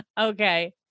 Okay